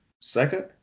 second